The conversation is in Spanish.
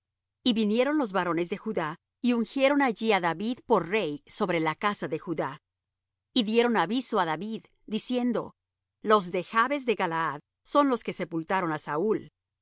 y vinieron los varones de judá y ungieron allí á david por rey sobre la casa de judá y dieron aviso á david diciendo los de jabes de galaad son los que sepultaron á saúl